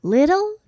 Little